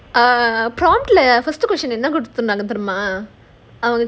err prompt leh first question கொடுத்துருந்தாங்க தெரியுமா:koduthurunthaanga theriyuma mah